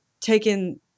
taken